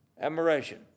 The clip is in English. admiration